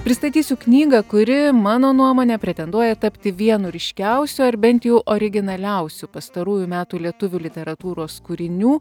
pristatysiu knygą kuri mano nuomone pretenduoja tapti vienu ryškiausių ar bent jau originaliausių pastarųjų metų lietuvių literatūros kūrinių